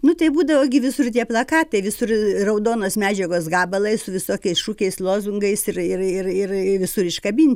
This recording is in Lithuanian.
nu tai būdavo gi visur tie plakatai visur raudonos medžiagos gabalai su visokiais šūkiais lozungais ir ir ir ir ir visur iškabint